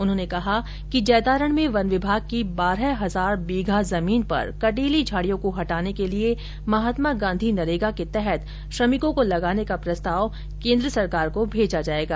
उन्होंने कहा कि जैतारण में वन विभाग की बारह हजार बीघा जमीन पर कंटीली झाड़ियों को हटाने के लिए महात्मा गांधी नरेगा के तहत श्रमिकों को लगाने का प्रस्ताव केन्द्र सरकार को भेजा जायेगा